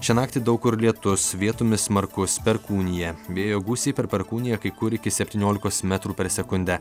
šią naktį daug kur lietus vietomis smarkus perkūnija vėjo gūsiai per perkūniją kai kur iki septyniolikos metrų per sekundę